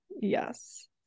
Yes